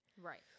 Right